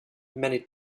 many